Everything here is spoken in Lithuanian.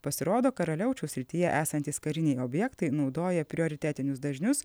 pasirodo karaliaučiaus srityje esantys kariniai objektai naudoja prioritetinius dažnius